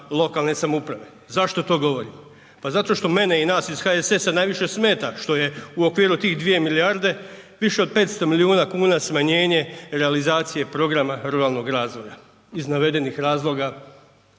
lokalne samouprave. Zašto to govorim? Pa zato što mene i nas iz HSS-a najviše smeta što je u okviru tih 2 milijarde više od 500 milijuna kuna smanjenje realizacije programa ruralnog razvoja iz navedenih razloga,